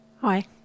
Hi